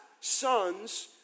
sons